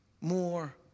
more